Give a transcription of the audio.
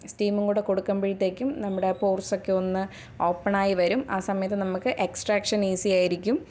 സ്റ്റീമും കൂടെ കൊടുക്കുമ്പോഴത്തേക്കും നമ്മുടെ പോർസൊക്കെ ഒന്ന് ഓപ്പണായി വരും ആ സമയത്ത് നമുക്ക് എക്സ്ട്രാക്ഷൻ ഈസി ആയിരിക്കും